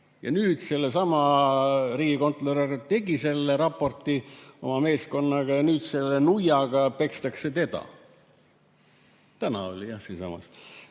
tellis selle raporti, riigikontrolör tegi selle raporti oma meeskonnaga ja nüüd selle nuiaga pekstakse teda. Täna oli jah siinsamas.